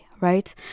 right